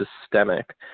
systemic